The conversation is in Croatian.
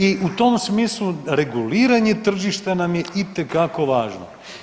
I u tom smislu reguliranje tržišta nam je itekako važno.